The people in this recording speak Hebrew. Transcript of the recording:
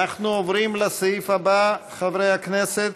אנחנו עוברים לסעיף הבא, חברי הכנסת.